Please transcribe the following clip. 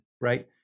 Right